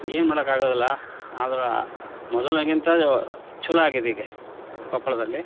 ಏನೂ ಮಾಡೋಕ್ಕಾಗೋದಿಲ್ಲ ಆದ್ರೆ ಮೊದಲಿಗಿಂತ ಛಲೋ ಆಗಿದೀಗ ಕೊಪ್ಪಳದಲ್ಲಿ